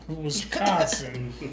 Wisconsin